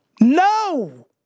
No